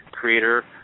creator